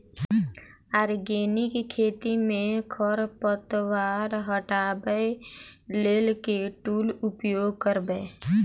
Organic खेती मे खरपतवार हटाबै लेल केँ टूल उपयोग करबै?